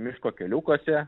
miško keliukuose